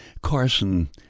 Carson